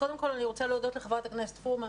קודם כל אני רוצה להודות לחברת הכנסת פרומן,